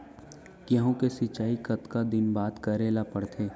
गेहूँ के सिंचाई कतका दिन बाद करे ला पड़थे?